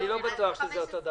אני לא בטוח שזה אותו דבר.